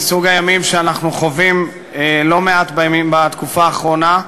מסוג הימים שאנחנו חווים לא מעט בתקופה האחרונה.